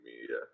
media